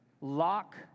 Lock